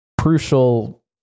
crucial